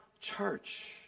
church